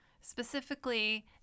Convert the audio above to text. Specifically